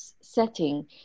setting